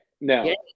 no